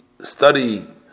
study